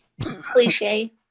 cliche